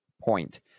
point